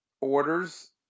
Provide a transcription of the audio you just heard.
orders